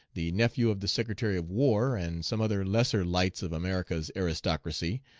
the nephew of the secretary of war, and some other lesser lights of america's aristocracy,